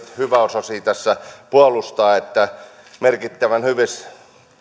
hyväosaisia tässä puolustaa että merkittävän hyvissä